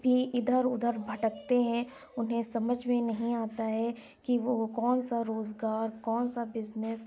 بھی اِدھر اُدھر بھٹکتے ہیں اُنہیں سمجھ میں نہیں آتا ہے کہ وہ کون سا روزگار کون سا بزنس